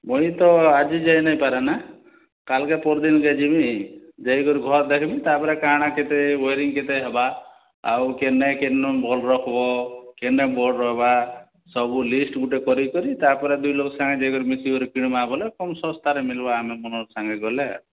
ମୁଇଁ ତ ଆଜି ଯାଇ ନାଇପାରେନା କାଲ୍କେ ପଅରଦିନ୍କେ ଯିବି ଦେଖିକରି ଘର୍ ଦେଖ୍ମି ତାପରେ କାଣା କେତେ ୱେରିଙ୍ଗ୍ କେତେ ହେବା ଆଉ କେନେ କିନୁ ବୋର୍ଡ଼୍ ରଖ୍ବୋ କେନେ ବୋର୍ଡ଼୍ ରହ୍ବା ସବୁ ଲିଷ୍ଟ୍ ଗୁଟେ କରିକରି ତାପରେ ଦୁଇ ଲୋକ୍ ସାଙ୍ଗେ ଯାଇକରି ମିଶିକରି କିଣ୍ମା ବୋଲେ କମ୍ ଶସ୍ତାରେ ମିଲ୍ବା ଆପଣମାନଙ୍କ ସାଙ୍ଗରେ ଗଲେ